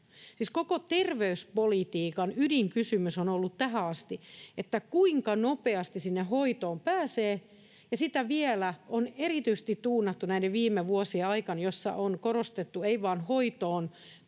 koko terveyspolitiikan ydinkysymys on ollut tähän asti, kuinka nopeasti sinne hoitoon pääsee, ja sitä vielä on erityisesti tuunattu näiden viime vuosien aikana, jolloin ei ole korostettu vain hoitoonpääsyä